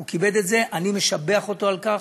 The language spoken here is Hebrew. הוא כיבד את זה, אני משבח אותו על כך,